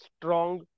strong